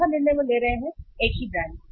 चौथा निर्णय वे ले रहे हैं एक ही ब्रांड